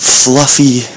fluffy